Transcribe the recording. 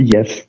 Yes